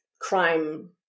crime